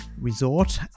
Resort